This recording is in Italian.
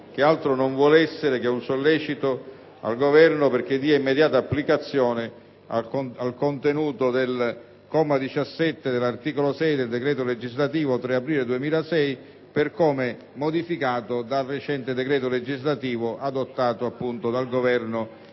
altro non vuol essere che un sollecito al Governo perché dia immediata attuazione al comma 17 dell'articolo 6 del decreto legislativo 3 aprile 2006, n. 152, come modificato dal decreto legislativo adottato dal Governo